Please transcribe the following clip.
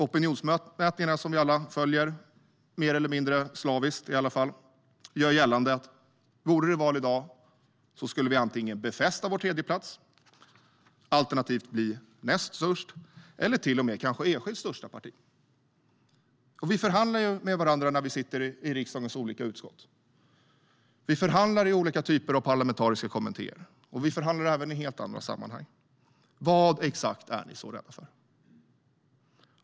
Opinionsmätningarna som ni alla följer mer eller mindre slaviskt gör gällande att om det vore val i dag skulle vi antingen befästa vår tredje plats, alternativt bli näst störst eller till och med kanske enskilt största parti. Vi förhandlar med varandra när vi sitter i riksdagens olika utskott. Vi förhandlar i olika typer av parlamentariska kommittéer, och vi förhandlar även i helt andra sammanhang. Vad exakt är ni så rädda för?